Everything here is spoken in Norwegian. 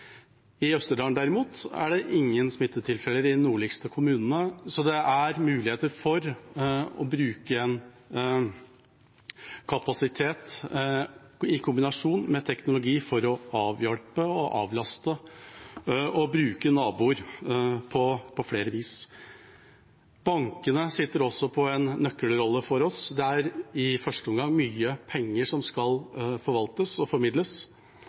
I Østerdalen er det derimot ingen smittetilfeller i de nordligste kommunene, så det er muligheter for å bruke en kapasitet – i kombinasjon med teknologi – for å avhjelpe og avlaste, å bruke naboer på flere vis. Bankene sitter også på en nøkkelrolle for oss. Det er i første omgang mye penger som skal forvaltes og formidles,